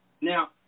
Now